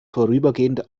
vorübergehend